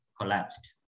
collapsed